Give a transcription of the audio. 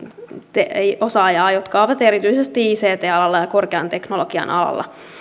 osaajaa jotka ovat erityisesti ict alalla ja korkean teknologian alalla